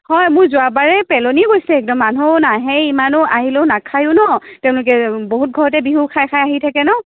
হয় মোৰ যোৱাবাৰেই পেলনি গৈছে একদম মানুহ নাহেই ইমানো আহিলেও নাখাইও ন তেওঁলোকে বহুত ঘৰতে বিহু খাই খাই আহি থাকে ন